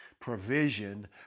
provision